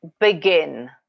Begin